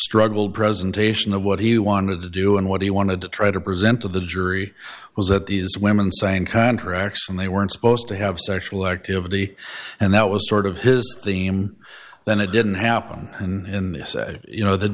struggled presentation of what he wanted to do and what he wanted to try to present to the jury was that these women saying contracts and they weren't supposed to have sexual activity and that was sort of his theme when it didn't happen in say you know th